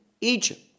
egypt